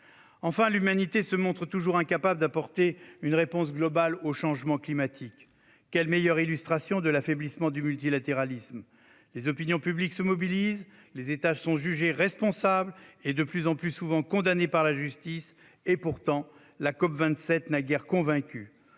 Enfin, l'humanité se montre toujours incapable d'apporter une réponse globale au changement climatique- quelle meilleure illustration de l'affaiblissement du multilatéralisme ? Les opinions publiques se mobilisent, les États sont jugés responsables et sont de plus en plus souvent condamnés par la justice ... Et pourtant, la COP27 n'a guère convaincu.